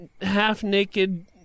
half-naked